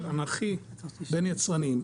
אנכי בין יצרנים,